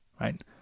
Right